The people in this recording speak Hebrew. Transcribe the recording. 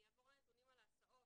אני אעבור לנתונים על ההסעות.